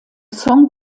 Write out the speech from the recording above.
song